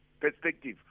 perspective